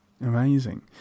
amazing